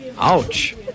Ouch